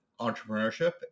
entrepreneurship